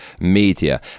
media